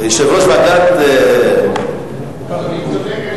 יושב-ראש ועדת, אדוני צודק.